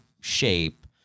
shape